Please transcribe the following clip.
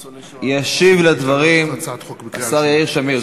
ישיב על הדברים השר יאיר שמיר.